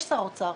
יש שר אוצר.